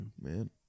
man